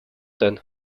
denn